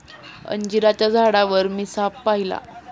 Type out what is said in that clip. अंजिराच्या झाडावर मी साप पाहिला